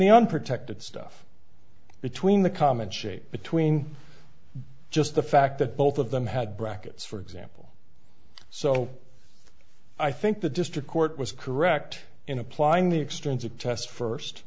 the unprotected stuff between the common shape between just the fact that both of them had brackets for example so i think the district court was correct in applying the extensive test first